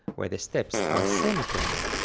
where the steps are semitones.